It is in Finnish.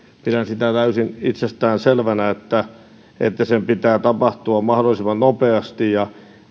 pidän sitä täysin itsestäänselvänä että että sen pitää tapahtua mahdollisimman nopeasti ja